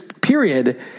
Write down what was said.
period